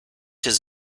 his